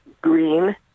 green